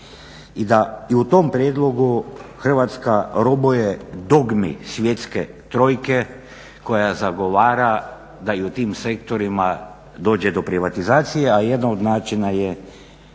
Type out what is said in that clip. i da i u tom prijedlogu Hrvatska robuje dogmi svjetske trojke koja zagovara da i u tim sektorima dođe do privatizacije, a jedan od načina je